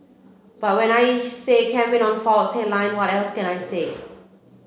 but when I campaign on faults headline what else can I say